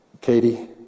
Katie